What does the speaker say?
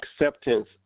acceptance